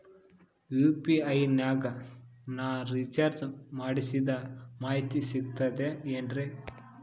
UPI ನಾಗ ನಾ recharge ಮಾಡಿಸಿದ ಮಾಹಿತಿ ಸಿಕ್ತದೆ ಏನ್ರಿ?